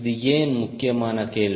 இது ஏன் முக்கியமான கேள்வி